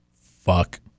Fuck